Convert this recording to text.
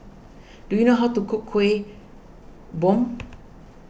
do you know how to cook Kueh Bom